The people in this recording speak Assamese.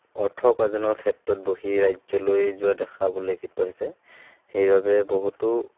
অৰ্থ উপাৰ্জনৰ ক্ষেত্ৰত বহিঃৰাজ্যলৈ যোৱা দেখাবলৈ হৈছে সেইবাবে বহুতো